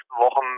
Wochen